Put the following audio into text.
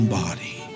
body